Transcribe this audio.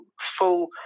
full